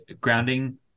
grounding